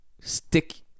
Stick